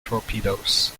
torpedoes